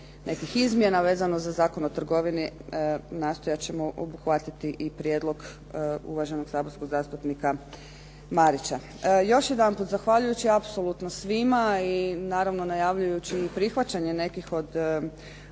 nekih izmjena vezano za Zakon o trgovini nastojat ćemo obuhvatiti i prijedlog uvaženog saborskog zastupnika Marića. Još jedanput zahvaljujući apsolutno svima i naravno najavljujući i prihvaćanje nekih od